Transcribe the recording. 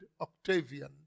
Octavian